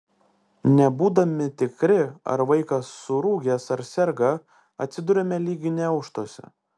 nebūdami tikri ar vaikas surūgęs ar serga atsiduriame lyg gniaužtuose